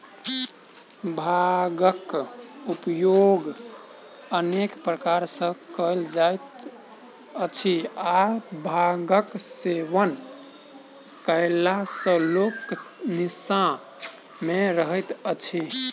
भांगक उपयोग अनेक प्रकार सॅ कयल जाइत अछि आ भांगक सेवन कयला सॅ लोक निसा मे रहैत अछि